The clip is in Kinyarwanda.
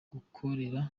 gukorera